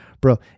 Bro